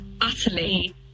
utterly